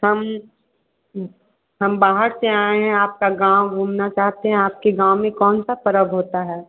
हम हम बाहर से आए हैं आपका गाँव घूमना चाहते हैं आपके गाँव में कौन सा पर्व होता है